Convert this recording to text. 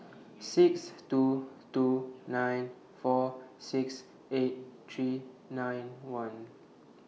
six two two nine four six eight three nine one